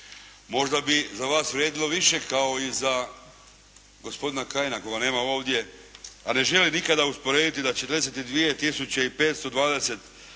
Možda bi za vas vrijedilo više kao i za gospodina Kajina kojega nema ovdje, a ne želi nikada usporediti da 42